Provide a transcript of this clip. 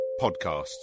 podcasts